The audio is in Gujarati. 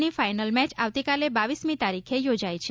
ની ફાઇનલ મેચ આવતીકાલે બાવીસમી તારીખે યોજાઇ છે